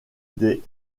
des